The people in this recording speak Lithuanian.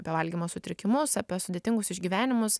apie valgymo sutrikimus apie sudėtingus išgyvenimus